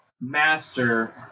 master